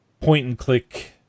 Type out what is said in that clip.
point-and-click